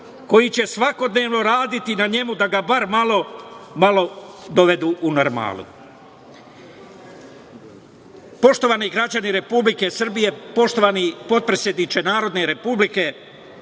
koji će svakodnevno raditi na njemu da ga bar malo dovedu u normalu. Poštovani građani Republike Srbije, poštovani potpredsedniče Narodne skupštine